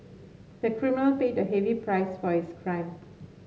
the criminal paid a heavy price for his crime